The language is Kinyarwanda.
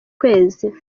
kwezi